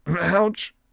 Ouch